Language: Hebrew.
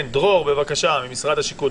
דרור ממשרד השיכון, בבקשה.